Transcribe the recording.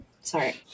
Sorry